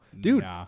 Dude